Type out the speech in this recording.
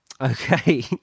Okay